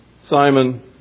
Simon